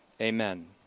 Amen